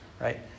right